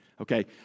Okay